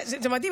זה מדהים,